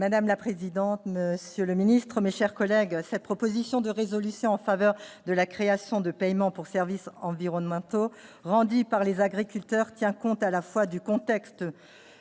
Madame la présidente, monsieur le Ministre, mes chers collègues, cette proposition de résolution en faveur de la création de paiements pour services environnementaux Randy par les agriculteurs tient compte à la fois du contexte